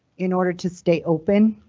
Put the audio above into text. in order to stay open,